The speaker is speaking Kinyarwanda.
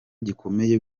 gikomeye